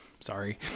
Sorry